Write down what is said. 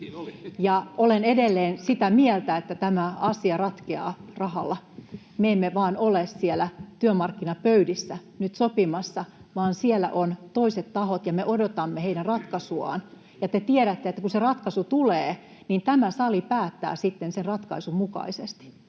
olen edelleen sitä mieltä, että tämä asia ratkeaa rahalla. Me emme vain ole siellä työmarkkinapöydissä nyt sopimassa, vaan siellä ovat toiset tahot, ja me odotamme heidän ratkaisuaan. Ja te tiedätte, että kun se ratkaisu tulee, niin tämä sali päättää sitten sen ratkaisun mukaisesti.